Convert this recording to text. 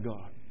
God